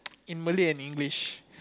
in Malay and English